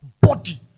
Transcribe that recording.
body